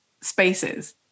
spaces